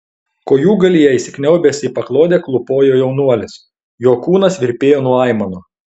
kojūgalyje įsikniaubęs į paklodę klūpojo jaunuolis jo kūnas virpėjo nuo aimanų